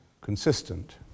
consistent